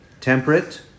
temperate